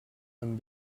amb